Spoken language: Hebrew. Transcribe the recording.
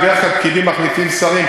בדרך כל הפקידים מחליפים שרים,